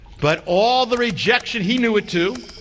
but all the rejection, he knew it too,